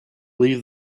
leave